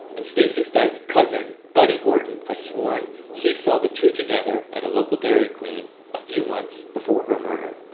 and stacey stites' cousin, buddy horton has sworn he saw the two together at a local dairy queen a few months before her murder.